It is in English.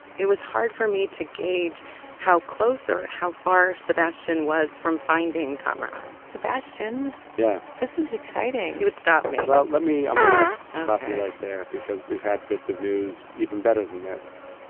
it was hard for me to gauge how close or how far sebastian was from finding kamaran sebastian yeah this is exciting he would stop me well, let me i'm going to stop you right there ok because we've had bits of news even better than this,